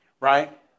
right